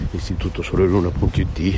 istitutosoleluna.it